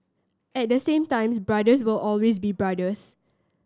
at the same times brothers will always be brothers